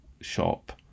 shop